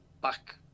back